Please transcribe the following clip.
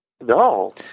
No